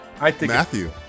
Matthew